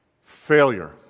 failure